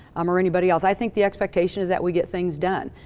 um or anybody else, i think the expectation is that we get things done.